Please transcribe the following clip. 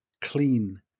clean